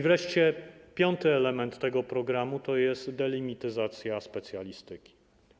Wreszcie piąty element tego programu to jest delimityzacja specjalistyki.